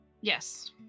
Yes